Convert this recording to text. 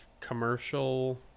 commercial